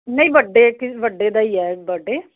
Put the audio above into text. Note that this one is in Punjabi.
ਨਹੀਂ ਵੱਡੇ ਵੱਡੇ ਦਾ ਹੀ ਹੈ ਬਰਡੇ